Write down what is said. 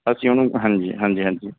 ਅਸੀਂ ਉਹਨੂੰ ਹਾਂਜੀ ਹਾਂਜੀ ਹਾਂਜੀ